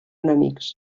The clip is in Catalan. enemics